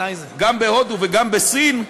גם בהודו וגם בסין,